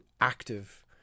active